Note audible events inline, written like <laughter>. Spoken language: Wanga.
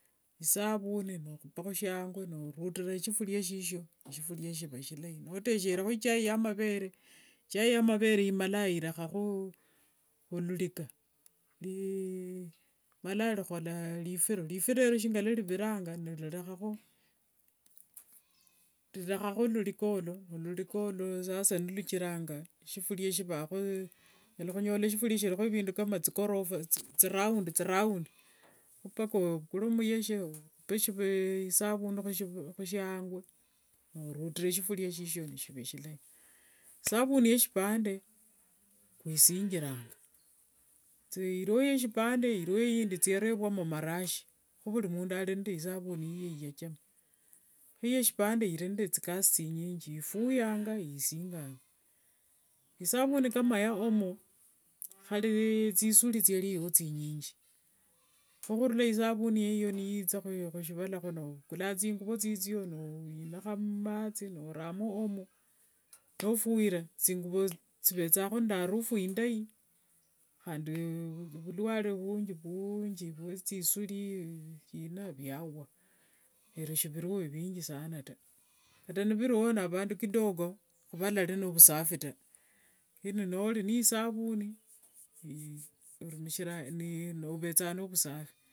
Isabuni nokhupakho shiangu norutira shifuria shishio, nishifuira shiva shilai. Notekherekho ichai ya mavere, ichai ya mavere imalanga irekhakho olulika. <hesitation> limalanga lifiro. Lifiro elio la liviranga, nililekhakho, lilekhakho lulika olio. Olulika olo sasa niluchiranga shifuria shivakho, onyala khunyola shifuria shilikho vindu kama thigorofa, thiround thiround. Khupaka ovukule muyeshe okhupe <hesitation> khushiangu norutira shifuria shishio nishiva shilai. Isabuni yeshipande, khwishinjiranga. <noise> Iliwo ya sipande iliwo yindi thiarevuamo marashi. Khuvukli mundu alina isabuni yiye iyachama. Khiye sipande ilinende thikasi thinyingi. Ifuyanga, isinganga. Isabuni kana ya omo, khale thisuli thialithingiwo thinyingi kho isabuni iyo niyitha khushivala khuno. <noise> okulanga thinguvo thithio niwinikha mumathi noramo omo. Nofuira thinguvo thivethanga nde arufu indai handi vulwale vunji vunji vwethisuli vwashina vwawa. Rero shivirio vinji sana ta. Kata nivirio n avandu kidogo khuvalari khuvusafi ta. Lakini nolina isabuni, orumishira ovethanga nevusafi.